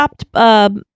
stopped